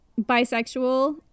bisexual